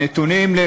הנתונים,